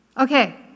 Okay